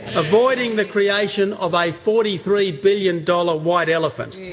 avoiding the creation of a forty three billion dollars white elephant.